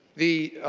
the